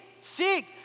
seek